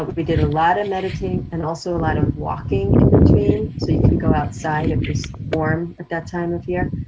we did a lot of meditating, and also a lot of walking in between, so you can go outside, it was warm at that time of year,